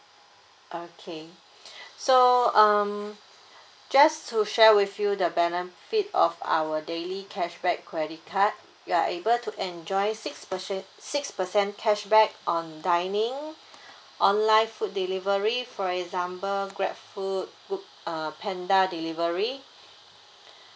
okay so um just to share with you the benefit of our daily cashback credit card you are able to enjoy six percent six percent cashback on dining online food delivery for example grabfood bo~ uh panda delivery